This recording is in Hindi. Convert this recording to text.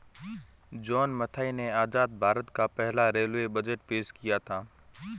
जॉन मथाई ने आजाद भारत का पहला रेलवे बजट पेश किया था